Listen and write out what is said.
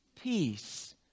Peace